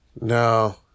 No